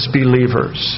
believers